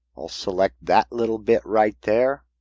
i'll select that little bit right there.